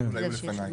"צלול" היו לפנייך.